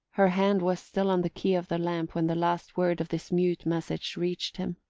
her hand was still on the key of the lamp when the last word of this mute message reached him.